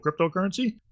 cryptocurrency